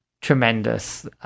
tremendous